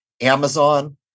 Amazon